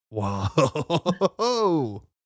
Whoa